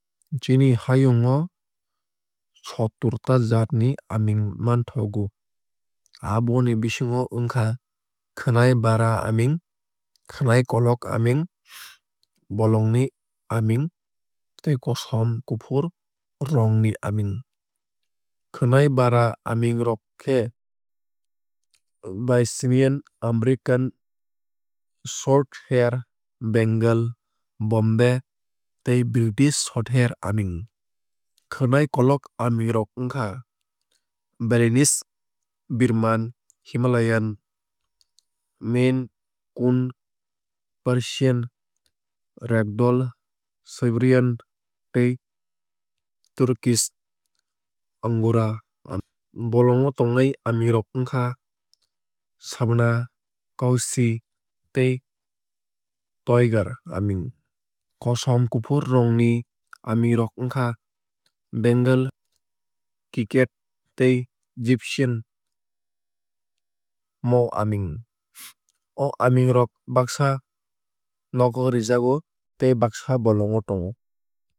Chini hayung o sottur ta jaat ni aaming manthokgo. Aboni bisingo wngkha khwnai bara aaming khwnai kolok aaming bolongni aaming tei kosom kufur rong ni aaming. Khwnai bara aaming rok khe abyssinian american shorthair bengal bombay tei british shorthair aaming. Khwnai kolok aaming rok wngkha balinese birman himalayan maine coon persian ragdoll siberian tei turkish angora aaming. Bolong o tongnai aaming rok wngkha savannah chausie tei toyger aaming. Kosom kufur rong ni aaming rok wngkha bengal ocicat tei egyptian mau aaming. O aaming rok baksa nogo rijago tei baksa bolong o tongo.